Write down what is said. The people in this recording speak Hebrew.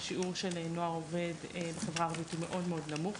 השיעור של נוער עובד בחברה הערבית הוא מאוד מאוד נמוך.